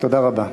תודה רבה.